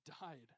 died